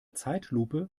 zeitlupe